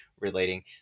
relating